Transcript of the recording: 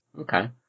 Okay